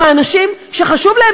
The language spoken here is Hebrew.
אני רוצה לדעת מי הם האנשים שחשוב להם